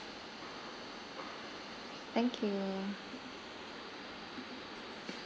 thank you